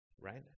right